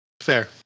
Fair